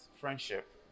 friendship